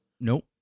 Nope